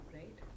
right